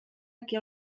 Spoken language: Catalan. aquí